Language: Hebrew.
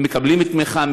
מקבלים תמיכה,